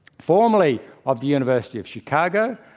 formerly of the university of chicago,